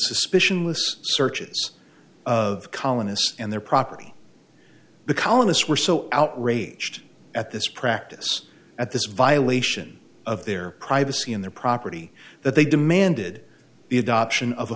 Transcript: suspicion with searches of colonists and their property the colonists were so outraged at this practice at this violation of their privacy in their property that they demanded the adoption of a